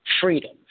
Freedom